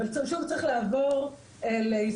אבל שוב צריך לעבור ליישום,